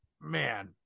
man